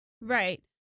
right